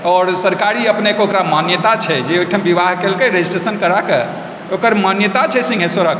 आओर सरकारी अपनेके ओकरा मान्यता छै जे अपनेके ओहिठाम विवाहकेँ रजिस्ट्रेशन कराकऽ ओकर मान्यता छै सिङ्घेश्वरके